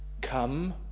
come